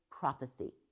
prophecy